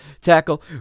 tackle